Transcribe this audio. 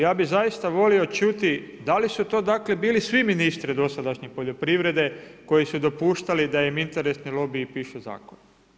Ja bih zaista volio čuti da li su to bili svi ministri dosadašnji poljoprivrede koji su dopuštali da im interesni lobiji pišu zakone?